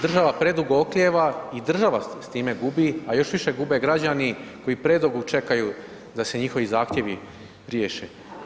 Država preduga oklijeva i država s time gubi a još više gube građani koji predugo čekaju da se njihovi zahtjevi riješe.